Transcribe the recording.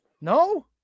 No